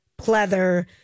pleather